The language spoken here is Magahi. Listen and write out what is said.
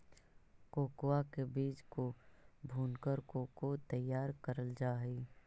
कोकोआ के बीज को भूनकर कोको तैयार करल जा हई